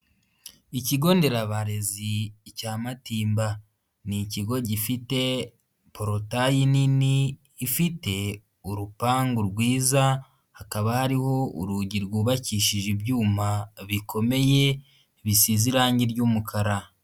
Ikigo nderabarezi cya Matimba, ni ikigo gifite porotayi nini ifite urupangu rwiza hakaba hariho urugi rwubakishije ibyuma bikomeye, bisize irangi ry'umukara.